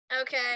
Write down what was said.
okay